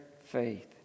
faith